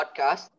podcast